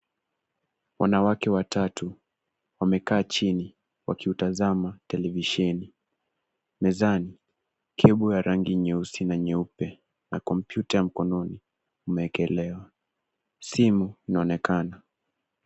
Wanawake watatu wamekaa chini wakiutazama televisheni. Mezani cable ya rangi nyeusi na nyeupe na kompyuta ya mkononi imeekelewa. Simu inaonekana.